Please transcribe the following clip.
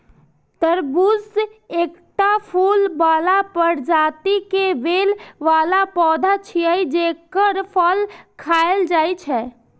तरबूज एकटा फूल बला प्रजाति के बेल बला पौधा छियै, जेकर फल खायल जाइ छै